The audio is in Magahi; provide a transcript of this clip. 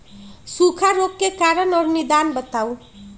सूखा रोग के कारण और निदान बताऊ?